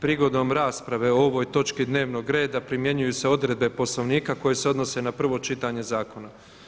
Prigodom rasprave o ovoj točki dnevnog reda primjenjuju se odredbe Poslovnika koje se odnose na prvo čitanje zakona.